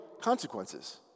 consequences